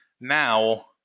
Now